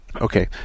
Okay